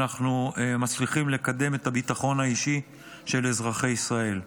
אנחנו מצליחים לקדם את הביטחון האישי של אזרחי ישראל.